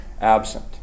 absent